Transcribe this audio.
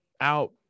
Out